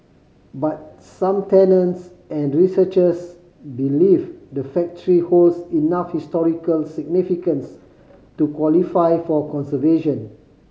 but some tenants and researchers believe the factory holds enough historical significance to qualify for conservation